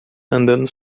andando